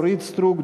אורית סטרוק,